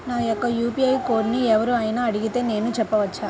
నా యొక్క యూ.పీ.ఐ కోడ్ని ఎవరు అయినా అడిగితే నేను చెప్పవచ్చా?